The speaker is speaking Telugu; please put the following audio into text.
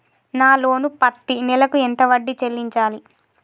నా లోను పత్తి నెల కు ఎంత వడ్డీ చెల్లించాలి?